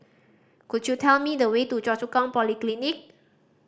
could you tell me the way to Choa Chu Kang Polyclinic